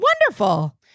Wonderful